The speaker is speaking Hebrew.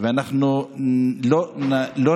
מי בעד?